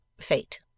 fate